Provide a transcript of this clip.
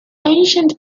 ancient